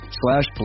slash